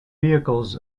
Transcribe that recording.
vehicles